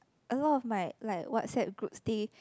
a lot my like WhatsApp groups they